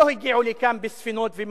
לא הגיעו לכאן בספינות ומטוסים,